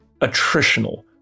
attritional